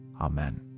Amen